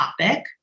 topic